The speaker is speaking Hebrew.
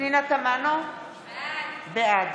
פנינה תמנו, בעד